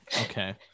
okay